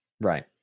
right